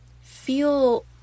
feel